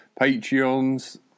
Patreons